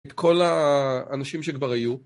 את כל האנשים שכבר היו